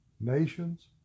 nations